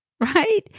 right